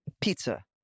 Pizza